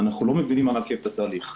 אנחנו לא מבינים מה מעכב את התהליך.